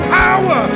power